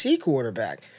quarterback